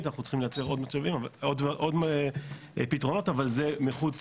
צריך לייצר עוד פתרונות אבל זה מחוק לחוק.